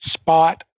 spot